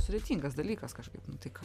sudėtingas dalykas kažkaip nu tai ką